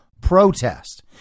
protest